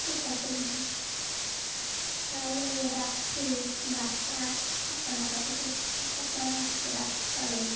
ঠিক আছে দিদি তালে রাখছি বাচ্চা আছে তো কান্নাকাটি করছে একটা ফোন আসছে রাখছি তাহলে দিদি